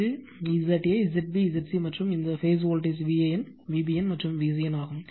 இது ZA ZB Zc மற்றும் இந்த பேஸ் வோல்டேஜ் VAN VBN மற்றும் VCN ஆகும்